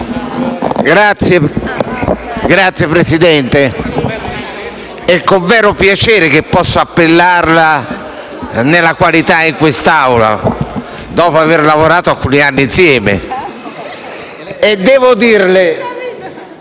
Signor Presidente, è con vero piacere che posso appellarla con questa tale qualifica in quest'Aula, dopo aver lavorato alcuni anni insieme.